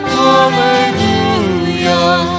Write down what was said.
hallelujah